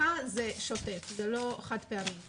הדרכה היא שוטפת, היא לא חד פעמית.